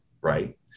Right